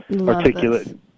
articulate